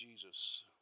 Jesus